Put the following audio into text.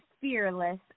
fearless